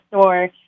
store